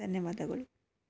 ಧನ್ಯವಾದಗಳು